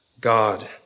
God